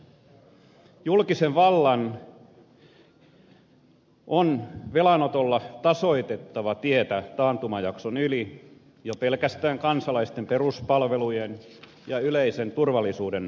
julkisen vallan on velanotolla tasoitettava tietä taantumajakson yli jo pelkästään kansalaisten peruspalvelujen ja yleisen turvallisuuden takaamiseksi